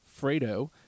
Fredo